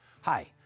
Hi